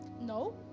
No